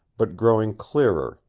but growing clearer,